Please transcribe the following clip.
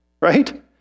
Right